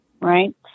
right